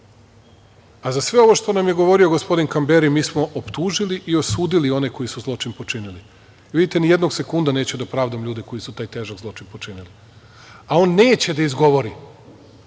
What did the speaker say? sve ovo što nam je govorio gospodin Kamberi mi smo optužili i osudili one koji su zločin počinili. Vidite, nijednog sekunda neću da pravdam ljude koji su taj težak zločin počinili, a on neće da izgovori,